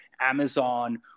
Amazon